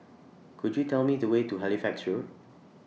Could YOU Tell Me The Way to Halifax Road